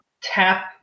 tap